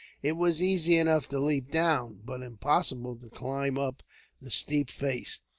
it was easy enough to leap down, but impossible to climb up the steep face,